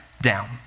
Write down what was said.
down